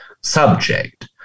subject